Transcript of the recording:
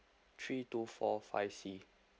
three two four five C